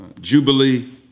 Jubilee